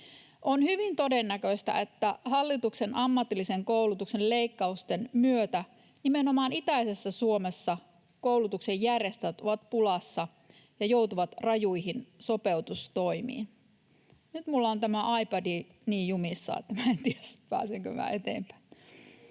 On hyvin todennäköistä, että hallituksen ammatillisen koulutuksen leikkausten myötä nimenomaan itäisessä Suomessa koulutuksen järjestäjät ovat pulassa ja joutuvat rajuihin sopeutustoimiin. — Nyt minulla on tämä iPad niin jumissa, että en tiedä, pääsenkö eteenpäin.